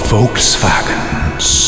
Volkswagens